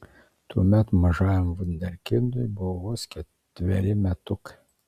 tuomet mažajam vunderkindui buvo vos ketveri metukai